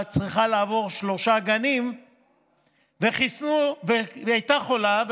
צריכה לעבור בשלושה גנים והיא הייתה חולה.